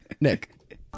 Nick